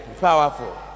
powerful